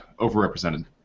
overrepresented